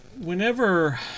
whenever